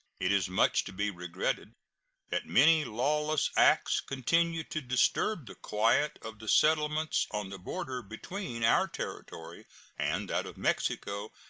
it is much to be regretted that many lawless acts continue to disturb the quiet of the settlements on the border between our territory and that of mexico,